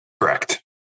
Correct